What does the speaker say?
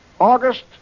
August